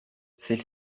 celle